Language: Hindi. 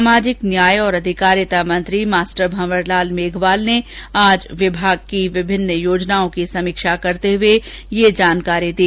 सामाजिक न्याय और अधिकारिता मंत्री मास्टर भंवरलाल मेघवाल ने आज विभाग की विभिन्न योजनाओं की समीक्षा करते हुए यह जानकारी दी